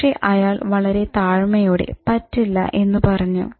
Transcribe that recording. പക്ഷെ അയാൾ വളരെ താഴ്മയോടെ "പറ്റില്ല" എന്ന് പറഞ്ഞു